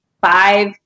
five